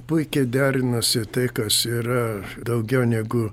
puikiai derinasi tai kas yra daugiau negu